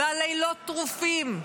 והלילות טרופים.